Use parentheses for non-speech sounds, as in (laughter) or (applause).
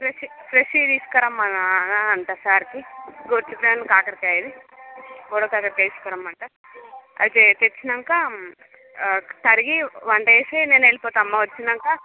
fresh ఫ్రెష్వి తీసురమ్మన్నా అంట సార్కి (unintelligible) కాకరకాయ ఇది తీసుకురమ్మంట అయితే తెచ్చినాంక తరిగి వంట చేసి నేను వెళ్ళిపోతాము వచ్చినాంక